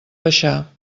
baixar